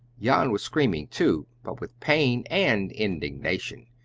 jan was screaming, too, but with pain and indignation.